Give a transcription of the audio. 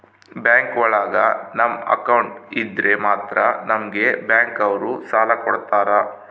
bank ಒಳಗ ನಮ್ account ಇದ್ರೆ ಮಾತ್ರ ನಮ್ಗೆ ಬ್ಯಾಂಕ್ ಅವ್ರು ಸಾಲ ಕೊಡ್ತಾರ